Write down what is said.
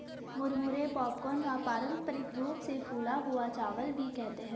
मुरमुरे पॉपकॉर्न व पारम्परिक रूप से फूला हुआ चावल भी कहते है